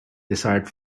desired